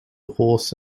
horse